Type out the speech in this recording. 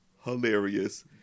Hilarious